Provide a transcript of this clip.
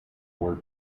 were